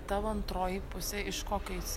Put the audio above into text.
tavo antroji pusė iš kokio jis